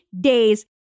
days